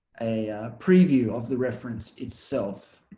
a preview of the reference itself